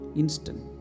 instant